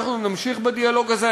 אנחנו נמשיך בדיאלוג הזה.